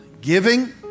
giving